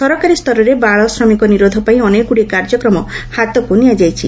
ସରକାରୀ ସ୍ତରରେ ବାଳ ଶ୍ରମିକ ନିରୋଧ ପାଇଁ ଅନେକଗୁଡ଼ିଏ କାର୍ଯ୍ୟକ୍ରମ ହାତକୁ ନିଆଯାଇଛି